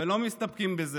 אבל הם לא מסתפקים בזה,